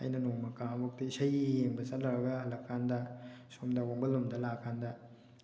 ꯑꯩꯅ ꯅꯣꯡꯃ ꯈꯥꯡꯉꯕꯣꯛꯇ ꯏꯁꯩ ꯌꯦꯡꯕ ꯆꯠꯂꯨꯔꯒ ꯍꯜꯂꯛꯀꯥꯟꯗ ꯁꯣꯝꯗ ꯋꯥꯡꯕꯜ ꯂꯣꯝꯗ ꯂꯥꯛꯑꯀꯥꯟꯗ